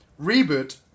reboot